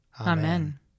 Amen